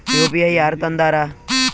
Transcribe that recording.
UPI ಯಾರ್ ತಂದಾರ?